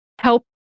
help